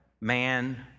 man